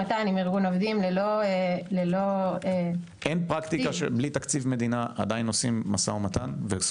אין לנו אפשרות כזאת של משא ומתן עם ארגון העובדים,